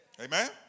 Amen